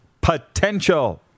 potential